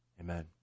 Amen